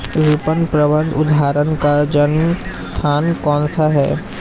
विपणन प्रबंध अवधारणा का जन्म स्थान कौन सा है?